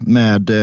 med